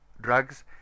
drugs